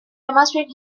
demonstrate